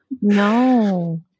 no